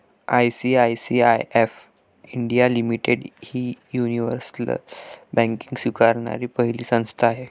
ICICI of India limited ही universal banking स्वीकारणारी पहिली संस्था आहे